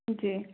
जी